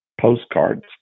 postcards